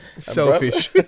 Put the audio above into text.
Selfish